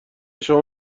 شما